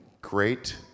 great